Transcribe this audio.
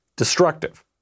Destructive